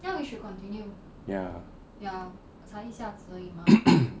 ya